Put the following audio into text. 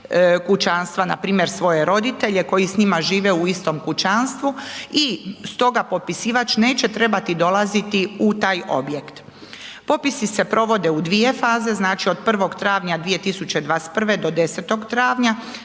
kućanstva npr. svoje roditelje koji s njima žive u istom kućanstvu i stoga popisivač neće trebati dolaziti u taj objekt. Popisi se provode u dvije faze, znači od 01. travnja 2021. do 10. travnja